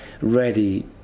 ready